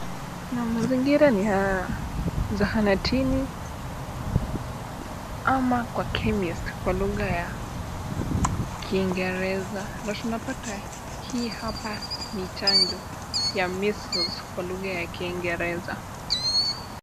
Naam, mazingira ni ya zahanatini ama kwa chemist kwa lugha ya Kiingereza na tunapata hii hapa ni chanjo ya measles kwa lugha ya Kiingereza.